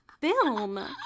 film